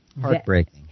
Heartbreaking